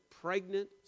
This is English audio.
pregnant